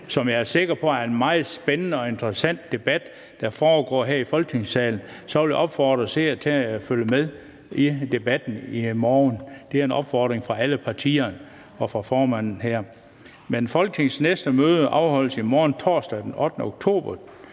som jeg er sikker på bliver en meget spændende og interessant debat, der foregår her i Folketingssalen; så jeg vil opfordre seerne til at følge med i debatten i morgen. Det er en opfordring fra alle partierne og fra formanden. Folketingets næste møde afholdes i morgen, torsdag den 8. oktober